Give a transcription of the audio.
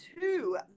two